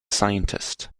scientist